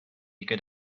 good